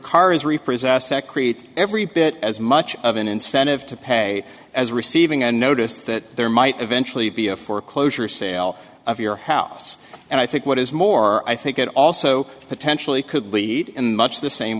is reapers as that creates every bit as much of an incentive to pay as receiving a notice that there might eventually be a foreclosure sale of your house and i think what is more i think it also potentially could lead in much the same